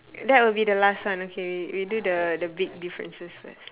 that will be the last one okay we we do the the big differences first